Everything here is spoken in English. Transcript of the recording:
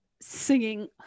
singing